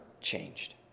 changed